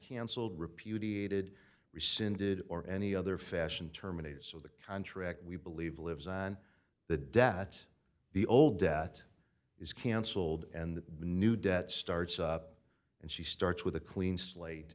cancelled repudiated rescinded or any other fashion terminated so the contract we believe lives on the debt the old debt is cancelled and the new debt starts and she starts with a clean slate